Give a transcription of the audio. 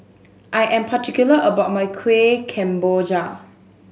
I am particular about my Kueh Kemboja